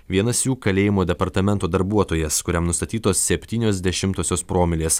vienas jų kalėjimo departamento darbuotojas kuriam nustatytos septynios dešimtosios promilės